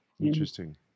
interesting